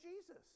Jesus